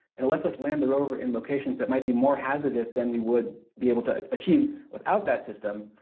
and lets us land the rover in locations that might be more hazardous than we would be able to achieve without that system,